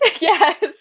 Yes